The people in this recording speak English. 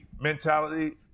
mentality